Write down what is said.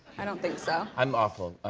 i don't think so. i'm awful.